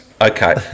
Okay